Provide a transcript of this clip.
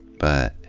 but,